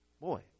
boy